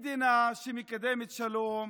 מדינה שמקדמת שלום,